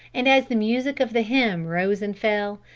and as the music of the hymn rose and fell,